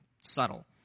Subtle